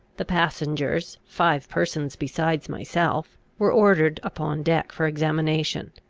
the passengers, five persons besides myself, were ordered upon deck for examination.